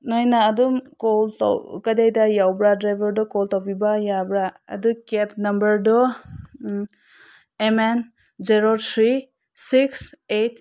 ꯅꯣꯏꯅ ꯑꯗꯨꯝ ꯀꯣꯜ ꯀꯗꯥꯏꯗ ꯌꯧꯕ꯭ꯔꯥ ꯗ꯭ꯔꯥꯏꯕꯔꯗꯣ ꯀꯣꯜ ꯇꯧꯕꯤꯕ ꯌꯥꯕ꯭ꯔꯥ ꯑꯗꯨ ꯀꯦꯞ ꯅꯝꯕꯔꯗꯣ M N zero three six eight